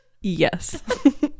Yes